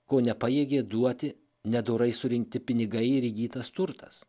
ko nepajėgė duoti nedorai surinkti pinigai ir įgytas turtas